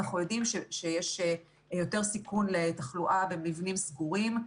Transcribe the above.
אנחנו יודעים שיש יותר סיכון לתחלואה במבנים סגורים,